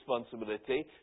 responsibility